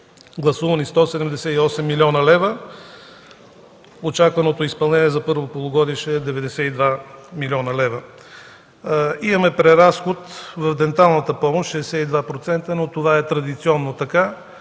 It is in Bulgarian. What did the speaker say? гласувани 178 млн. лв. очакваното изпълнение за първо полугодие ще е 92 млн. лв. Имаме преразход в денталната помощ – 62%, но това е традиционно така.